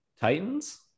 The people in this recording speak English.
Titans